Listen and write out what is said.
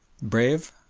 brave,